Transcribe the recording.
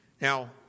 Now